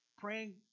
praying